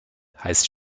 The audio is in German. heißt